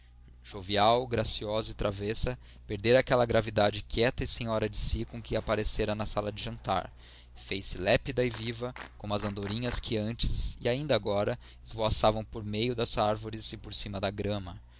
jovial graciosa e travessa perdera aquela gravidade quieta e senhora de si com que aparecera na sala de jantar fez-se lépida e viva como as andorinhas que antes e ainda agora esvoaçavam por meio das árvores e por cima da grama